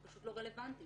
היא פשוט לא רלוונטית.